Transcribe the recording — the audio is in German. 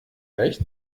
recht